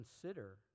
consider